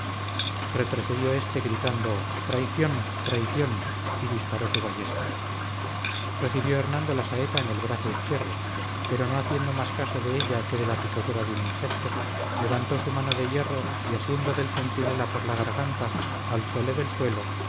retrocedió éste gritando traición traición y disparó su ballesta recibió hernando la saeta en el brazo izquierdo pero no haciendo más caso de ella que de la picadura de un insecto levantó su mano de hierro y asiendo del centinela por la garganta alzóle del suelo